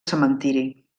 cementiri